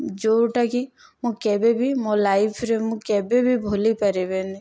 ଯୋଉଟାକି ମୁଁ କେବେବି ମୋ ଲାଇଫ୍ରେ ମୁଁ କେବେବି ଭୁଲି ପାରିବିନି